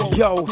yo